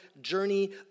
journey